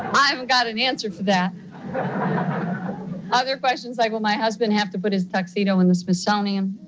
i haven't got an answer for that other questions like, will my husband have to put his tuxedo in the smithsonian?